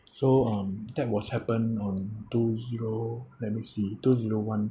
so um that was happened on two zero let me see two zero one